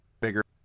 bigger